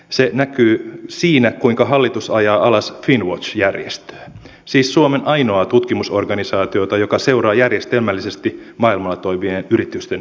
se näkyy siinä kuinka hallitus ajaa alas finnwatch järjestöä siis suomen ainoaa tutkimusorganisaatiota joka seuraa järjestelmällisesti maailmalla toimivien yritysten yhteiskuntavastuuta